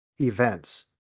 events